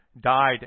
died